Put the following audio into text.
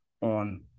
on